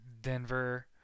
Denver